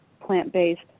plant-based